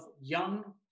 young